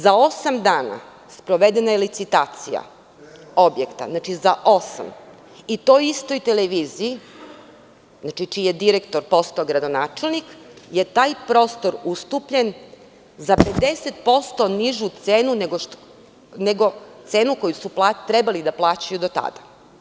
Za osam dana sprovedena je licitacija objekta i toj istoj televiziji, čiji je direktor postao gradonačelnik, je taj prostor ustupljen za 50% nižu cenu nego cenu koju su trebali da plaćaju do tada.